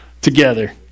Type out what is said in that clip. together